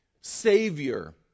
Savior